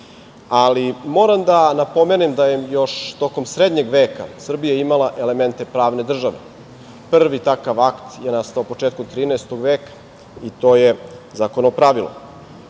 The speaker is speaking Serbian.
ali moram da napomenem da je još tokom Srednjeg veka Srbija imala elemente pravne države. Prvi takav akt je nastao početkom 13. veka i to je Zakonopravilo. Mnoge